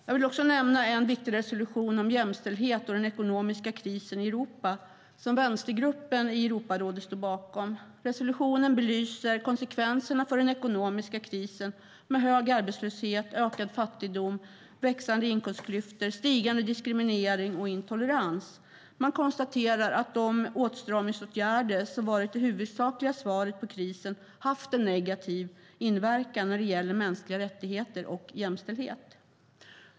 Jag vill också nämna en viktig resolution om jämställdhet och den ekonomiska krisen i Europa som vänstergruppen i Europarådet stod bakom. Resolutionen belyser konsekvenserna av den ekonomiska krisen med hög arbetslöshet, ökad fattigdom, växande inkomstklyftor, stigande diskriminering och intolerans. Man konstaterar att de åtstramningsåtgärder som varit det huvudsakliga svaret på krisen haft en negativ inverkan när det gäller mänskliga rättigheter och jämställdhet.